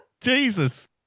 Jesus